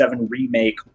remake